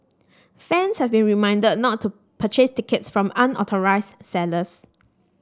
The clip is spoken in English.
fans have been reminded not to purchase tickets from unauthorised sellers